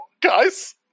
guys